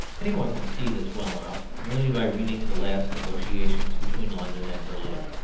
any one can see this well enough, merely by reading the last negotiations between london and berlin.